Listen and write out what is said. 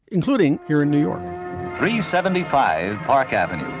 including here in new york seventy five park avenue,